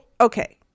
okay